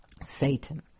Satan